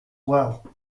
well